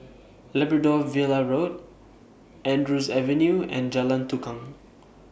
Labrador Villa Road Andrews Avenue and Jalan Tukang